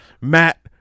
Matt